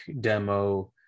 demo